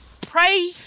pray